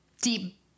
deep